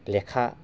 लेखा